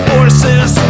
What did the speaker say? Forces